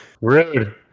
Rude